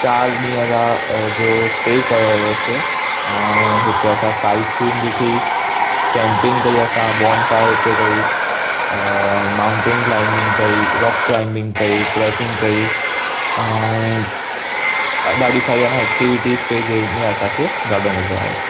चारि ॾींहं रहा जो स्टे कयो हुयोसीं ऐं हुते असां साइड सीन ॾिठी कैपिंग कई असां बॉर्न फायर हुते कई अ माउंटेन कलाइंबिंग कई रॉक कलाइंबिंग कई ट्रैकिंग कई ऐं अ ॾाढी सारी आ न एक्टिविटी कई जंहिंमें असांखे ॾाढो मजो आयो